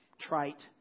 trite